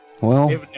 Well-